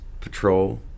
patrol